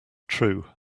true